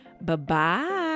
Bye-bye